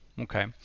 Okay